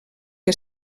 que